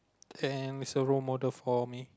and is a role model for me